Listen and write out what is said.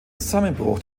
zusammenbruch